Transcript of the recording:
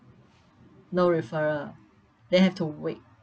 no referral then have to wait